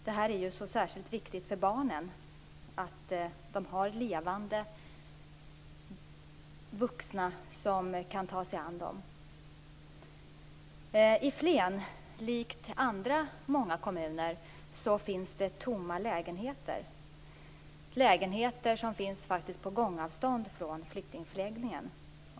Det är särskilt viktigt för barnen att de har levande vuxna omkring sig som kan ta sig an dem. I Flen, liksom i många andra kommuner, finns det tomma lägenheter. Dessa finns faktiskt på gångavstånd från flyktingförläggningen.